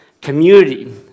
Community